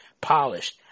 polished